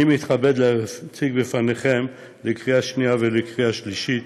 אני מתכבד להציג לפניכם לקריאה שנייה ולקריאה שלישית